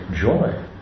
joy